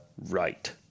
right